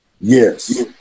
Yes